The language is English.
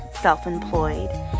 self-employed